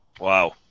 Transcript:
Wow